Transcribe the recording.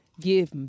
give